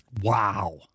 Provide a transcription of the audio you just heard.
Wow